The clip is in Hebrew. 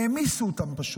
פשוט העמיסו אותם,